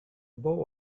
above